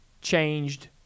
changed